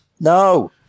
No